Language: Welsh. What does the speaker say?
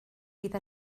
fydd